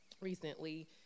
recently